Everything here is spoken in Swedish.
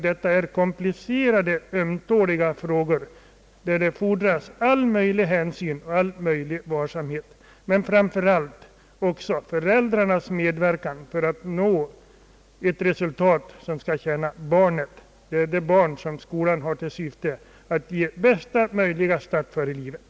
Dessa komplicerade och ömtåliga frågor måste handhas med all möjlig hänsyn och all möjlig varsamhet, men de fordrar framför allt också föräldrarnas medverkan för att man skall nå ett resultat som tjänar barnet — det barn som skolan har till syfte ait ge bästa möjliga start i livet.